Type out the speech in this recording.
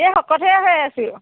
এই শকতহে হৈ আছোঁ